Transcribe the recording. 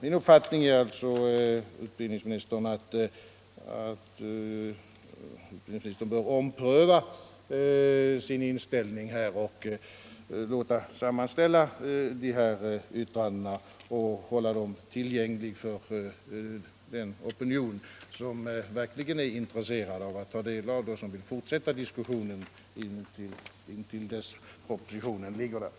Min uppfattning är alltså att utbildningsministern bör ompröva sin inställning och låta sammanställa yttrandena och hålla dem tillgängliga för den opinion som är intresserad av att ta del av dem och som vill fortsätta diskussionen tills propositionen har framlagts.